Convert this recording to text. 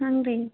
ಹಂಗೆ ರೀ